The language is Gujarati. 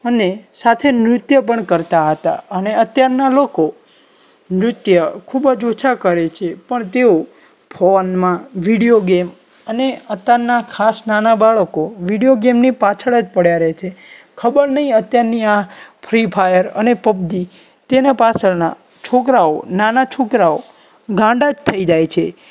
અને સાથે નૃત્ય પણ કરતા હતા અને અત્યારના લોકો નૃત્ય ખૂબ જ ઓછા કરે છે પણ તેઓ ફોનમાં વિડીયો ગેમ અને અત્યારના ખાસ નાના બાળકો વિડીયો ગેમની પાછળ જ પડ્યા રહે છે ખબર નહીં અત્યારની આ ફ્રી ફાયર અને પબજી તેના પાછળના છોકરાઓ નાના છોકરાઓ ગાંડા જ થઈ જાય છે